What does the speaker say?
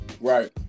Right